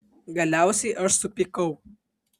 galiausiai aš supykau